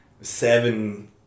seven